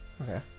Okay